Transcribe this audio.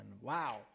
Wow